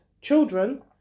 children